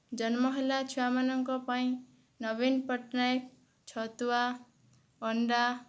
ଜନ୍ମ ହେଲା ଛୁଆମାନଙ୍କ ପାଇଁ ନବୀନ ପଟ୍ଟନାୟକ ଛତୁଆ ଅଣ୍ଡା